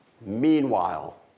Meanwhile